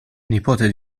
nipote